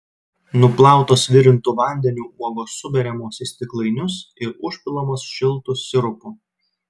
nuplautos virintu vandeniu uogos suberiamos į stiklainius ir užpilamos šiltu sirupu